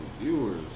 viewers